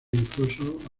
incluso